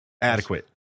Adequate